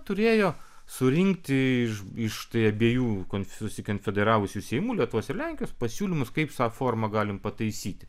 turėjo surinkti iš iš abiejų susikonfederavusių seimų lietuvos ir lenkijos pasiūlymus kaip savo formą galim pataisyti